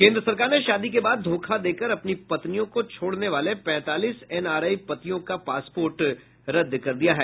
केन्द्र सरकार ने शादी के बाद धोखा देकर अपनी पत्नियों को छोड़ने वाले पैंतालीस एनआरआई पतियों का पासपोर्ट रद्द कर दिया है